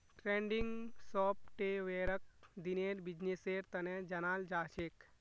trending सॉफ्टवेयरक दिनेर बिजनेसेर तने जनाल जाछेक